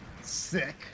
sick